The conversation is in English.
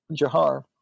Jahar